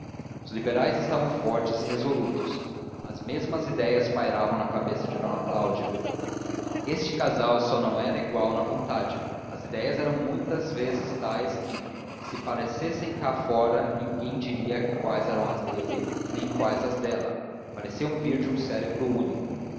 os liberais estavam fortes e resolutos as mesmas ideias pairavam na cabeça de d cláudia este casal só não era igual na vontade as ideias eram muitas vezes tais que se aparecessem cá fora ninguém diria quais eram as dele nem quais as dela pareciam vir de um cérebro único